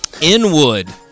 Inwood